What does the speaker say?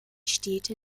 städte